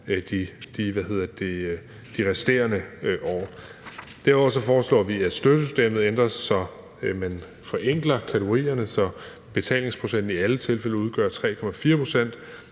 de resterende år. Kl. 16:01 Derudover foreslår vi, at støttesystemet ændres, så man forenkler kategorierne, så betalingsprocenten i alle tilfælde udgør 3,4 pct.,